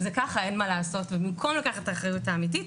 זה ככה אין מה לעשות, ובמקום לקחת אחריות אמיתית.